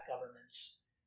governments